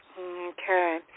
Okay